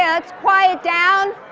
yeah let's quiet down.